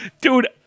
Dude